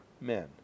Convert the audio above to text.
men